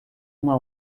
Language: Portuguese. uma